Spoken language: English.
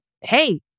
hey